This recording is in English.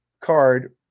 card